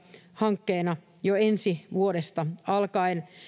hankkeena jo ensi vuodesta alkaen